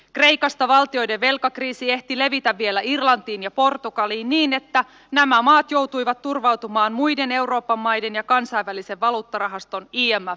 kreikasta valtioiden velkakriisi ehti levitä vielä irlantiin ja portugaliin niin että nämä maat joutuivat turvautumaan muiden euroopan maiden ja kansainvälisen valuuttarahaston imfn lainaohjelmiin